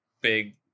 big